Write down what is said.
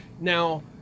Now